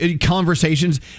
Conversations